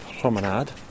Promenade